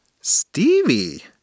Stevie